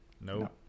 Nope